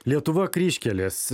lietuva kryžkelės